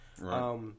Right